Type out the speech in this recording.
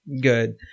good